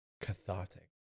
cathartic